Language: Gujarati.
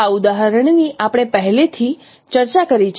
આ ઉદાહરણ ની આપણે પહેલેથી ચર્ચા કરી છે